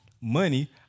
Money